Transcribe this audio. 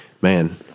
man